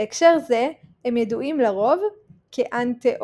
בהקשר זה הם ידועים לרוב כאנתאוגנים.